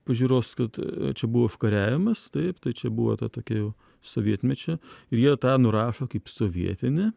pažiūros kad čia buvo užkariavimas taip tai čia buvo ta tokia jau sovietmečiu ir jie tą nurašo kaip sovietinę